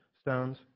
stones